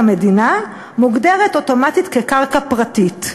מדינה מוגדרת אוטומטית כקרקע פרטית.